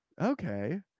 okay